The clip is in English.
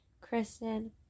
Kristen